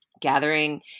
gathering